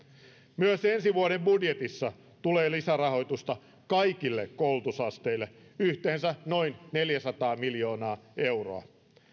myös ensi vuoden budjetissa tulee lisärahoitusta kaikille koulutusasteille yhteensä noin neljäsataa miljoonaa euroa